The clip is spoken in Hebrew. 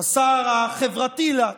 השר החברתי לעתיד,